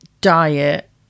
diet